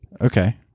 Okay